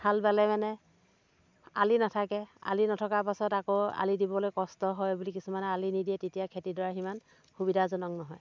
হাল বালে মানে আলি নাথাকে আলি নথকাৰ পাছত আকৌ আলি দিবলৈ কষ্ট হয় বুলি কিছুমানে আলি নিদিয়ে তেতিয়া খেতি ডৰা সিমান সুবিধাজনক নহয়